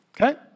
Okay